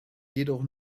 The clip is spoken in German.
jedoch